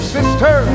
Sister